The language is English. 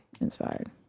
inspired